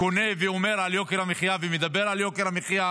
קונה ואומר על יוקר המחיה ומדבר על יוקר המחיה?